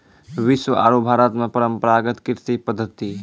विश्व आरो भारत मॅ परंपरागत कृषि पद्धति